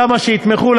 כמה שיתמכו,